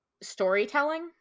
storytelling